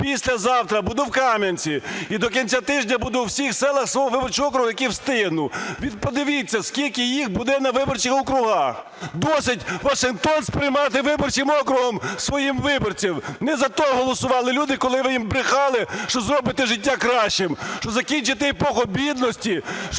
післязавтра буду в Кам'янці, і до кінця тижня буду у всіх селах свого виборчого округу, в яких встигну. Подивіться, скільки їх буде на виборчих округах. Досить Вашингтон сприймати виборчим округом своїх виборців! Не за те голосували люди, коли ви їм брехали, що зробите життя кращим, що закінчите епоху бідності,